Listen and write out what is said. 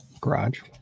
garage